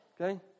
okay